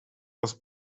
was